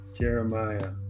Jeremiah